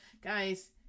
Guys